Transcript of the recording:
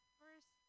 first